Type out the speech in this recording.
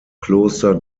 kloster